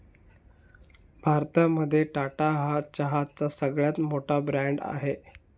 भारतामध्ये टाटा हा चहाचा सगळ्यात मोठा ब्रँड आहे